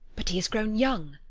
but he has grown young.